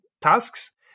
tasks